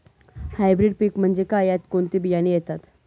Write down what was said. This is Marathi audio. हायब्रीड पीक म्हणजे काय? यात कोणते बियाणे येतात?